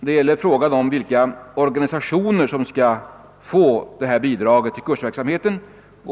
Frågan är här vilka orga nisationer som skall få bidrag till sin kursverksamhet.